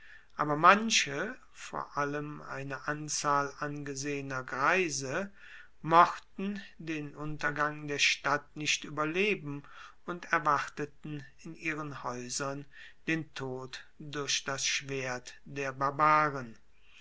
aber manche vor allem eine anzahl angesehener greise mochten den untergang der stadt nicht ueberleben und erwarteten in ihren haeusern den tod durch das schwert der barbaren